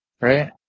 right